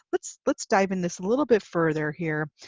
let's let's dive in this a little bit further here.